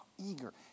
eager